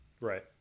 Right